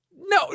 No